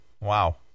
Wow